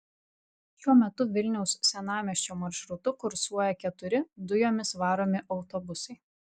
šiuo metu vilniaus senamiesčio maršrutu kursuoja keturi dujomis varomi autobusai